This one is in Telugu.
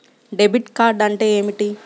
డెబిట్ కార్డ్ అంటే ఏమిటి?